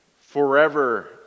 forever